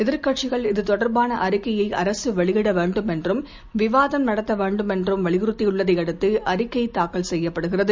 எதிர்க்கட்சிகள் இது தொடர்பான அறிக்கையை அரசு வெளியிடவேண்டும் என்றும் விவாதம் நடத்த வேண்டும் என்றும் வலியுறுத்தியுள்ளதையடுத்து அறிக்கை தாக்கல் செய்யப்படுகிறது